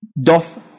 doth